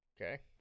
okay